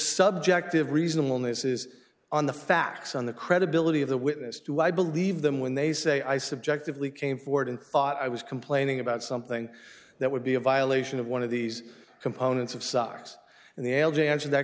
subject of reasonable misses on the facts on the credibility of the witness do i believe them when they say i subjectively came forward and thought i was complaining about something that would be a violation of one of these components of sox and the algae answered that